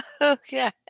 Okay